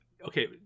okay